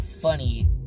funny